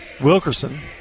Wilkerson